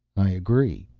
i agree,